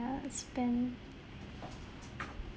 ya I spend